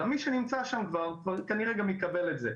אלא מי שנמצא שם כבר כנראה גם יקבל את זה.